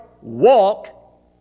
walk